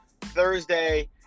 Thursday